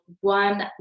one